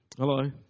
Hello